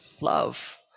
love